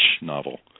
novel